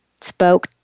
spoke